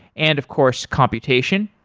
and of course computation.